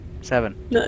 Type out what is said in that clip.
Seven